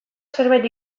zerbait